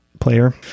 player